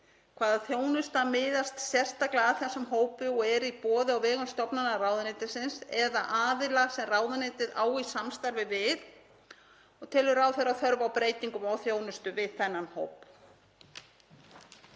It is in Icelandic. Hvaða þjónusta miðast sérstaklega að þessum hópi og er í boði á vegum stofnana ráðuneytisins eða aðila sem ráðuneytið á í samstarfi við? Og telur ráðherra þörf á breytingum á þjónustu við þennan hóp?